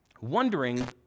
wondering